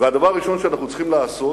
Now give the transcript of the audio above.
והדבר הראשון שאנחנו צריכים לעשות,